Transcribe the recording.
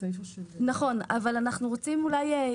לשכור רישיון לשימוש של מונית,